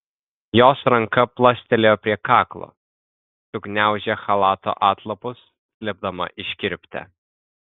jos ranka plastelėjo prie kaklo sugniaužė chalato atlapus slėpdama iškirptę